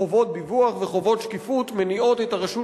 חובות דיווח וחובות שקיפות מניעות את הרשות